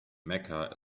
mecca